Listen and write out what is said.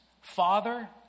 Father